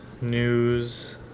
news